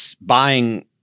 buying